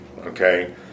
okay